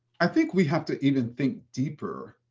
i think we have to even think deeper